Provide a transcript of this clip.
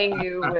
ah you